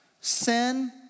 sin